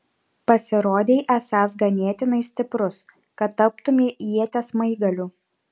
pasirodei esąs ganėtinai stiprus kad taptumei ieties smaigaliu